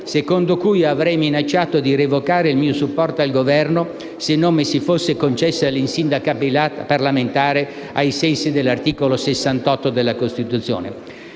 secondo cui io avrei minacciato di revocare il mio supporto al Governo se non mi si fosse concessa l'insindacabilità parlamentare ai sensi dell'articolo 68, primo comma, della Costituzione.